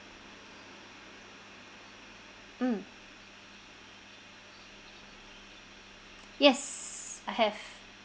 mm yes I have